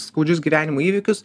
skaudžius gyvenimo įvykius